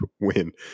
win